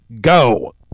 Go